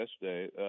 yesterday